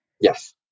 Yes